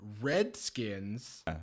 Redskins